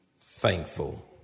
thankful